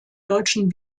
deutschen